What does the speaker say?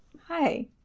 Hi